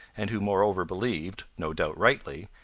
and who moreover believed, no doubt rightly,